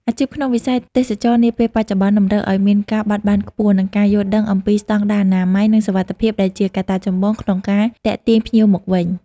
អាជីពក្នុងវិស័យទេសចរណ៍នាពេលបច្ចុប្បន្ន តម្រូវឱ្យមានការបត់បែនខ្ពស់ និងការយល់ដឹងអំពីស្តង់ដារអនាម័យ និងសុវត្ថិភាពដែលជាកត្តាចម្បងក្នុងការទាក់ទាញភ្ញៀវមកវិញ។